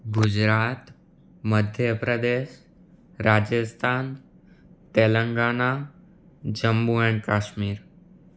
Gujarat Madhya Pradesh Rajasthan Telangana Jammu and Kashmir